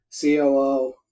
COO